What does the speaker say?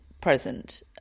present